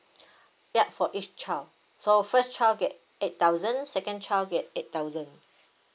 ya for each child so first child get eight thousand second child get eight thousand